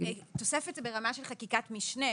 תוספת היא ברמה של חקיקת משנה.